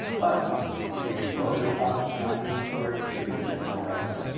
but if you can lower the cost of finding the story you're gonna get more of them.